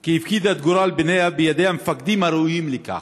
כי הפקידה גורל בניה בידי המפקדים הראויים לכך",